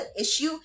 issue